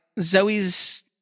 Zoe's